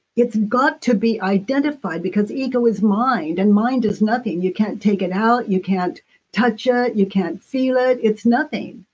it's got to be identified because ego is mind and mind is nothing. you can't take it out, you can't touch it, you can't feel it, it's nothing.